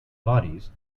bodies